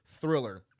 thriller